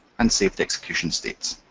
and saved execution states.